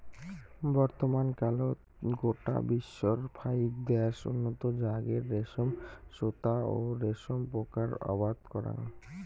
বর্তমানকালত গোটা বিশ্বর ফাইক দ্যাশ উন্নত জাতের রেশম সুতা ও রেশম পোকার আবাদ করাং